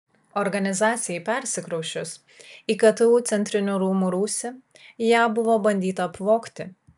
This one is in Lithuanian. organizacijai persikrausčius į ktu centrinių rūmų rūsį ją buvo bandyta apvogti